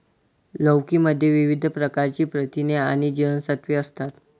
लौकी मध्ये विविध प्रकारची प्रथिने आणि जीवनसत्त्वे असतात